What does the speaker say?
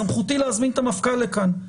סמכותי להזמין את המפכ"ל לכאן.